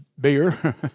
beer